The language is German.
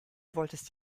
wolltest